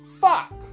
Fuck